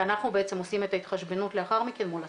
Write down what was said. ואנחנו בעצם עושים את ההתחשבנות לאחר מכן מול הספק.